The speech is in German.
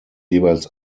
jeweils